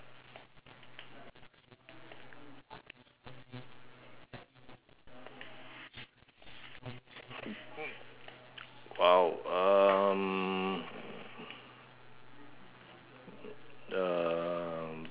!wow! um um